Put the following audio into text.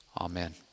Amen